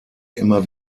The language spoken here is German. immer